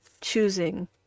choosing